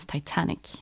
Titanic